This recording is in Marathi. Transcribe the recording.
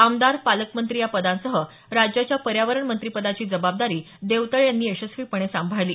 आमदार पालकमंत्री या पदांसह राज्याच्या पर्यावरण मंत्रिपदाची जवाबदारी देवतळे यांनी यशस्वीपणे सांभाळली